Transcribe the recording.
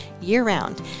year-round